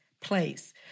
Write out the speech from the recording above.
place